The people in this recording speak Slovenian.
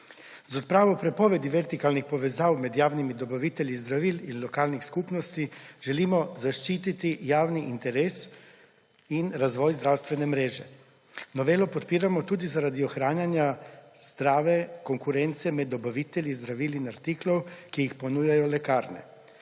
Z odpravo prepovedi vertikalnih povezav med javnimi dobavitelji zdravil in lokalnimi skupnostmi želimo zaščititi javni interes in razvoj zdravstvene mreže. Novelo podpiramo tudi zaradi ohranjanja zdrave konkurence med dobavitelji zdravil in artiklov, ki jih ponujajo lekarne.